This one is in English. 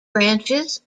branches